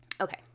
Okay